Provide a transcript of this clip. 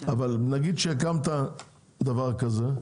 נגיד שהקמת דבר כזה,